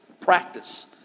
Practice